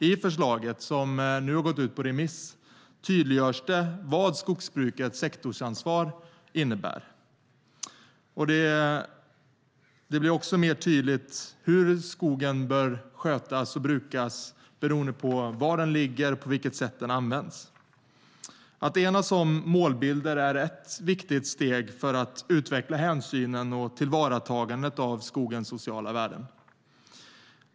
I förslaget, som nu har gått ut på remiss, tydliggörs vad skogsbrukets sektorsansvar innebär och hur skogen bör skötas beroende på var den ligger och på vilket sätt den används. Att enas om målbilder är ett viktigt steg för att utveckla hänsynen till och tillvaratagandet av skogens sociala värden.